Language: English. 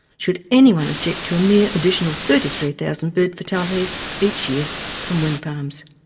should anyone object to a mere additional thirty three thousand bird fatalities each year from wind farms?